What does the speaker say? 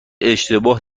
اشتباه